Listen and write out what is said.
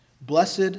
Blessed